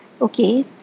okay